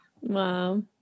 Wow